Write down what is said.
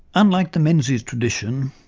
unlike the menzies tradition,